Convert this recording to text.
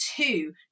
two